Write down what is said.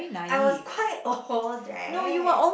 I was quite old right